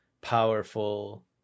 powerful